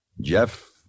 Jeff